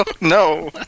No